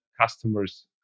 customers